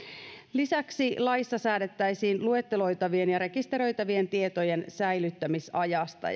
lisäksi laissa säädettäisiin luetteloitavien ja rekisteröitävien tietojen säilyttämisajasta